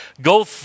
Go